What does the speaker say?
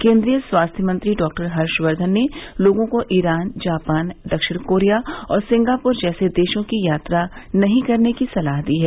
केंद्रीय स्वास्थ्य मंत्री डाक्टर हर्षवर्धन ने लोगों को ईरान जापान दक्षिण कोरिया और सिंगापुर जैसे देशों की यात्रा नहीं करने की सलाह दी है